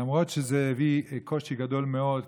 למרות שזה הביא קושי גדול מאוד,